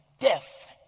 death